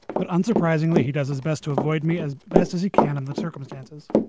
but unsurprisingly, he does his best to avoid me as best as he can in the circumstances.